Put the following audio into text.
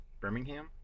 Birmingham